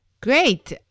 Great